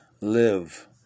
Live